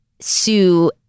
Sue